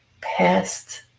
past